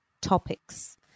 topics